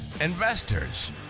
investors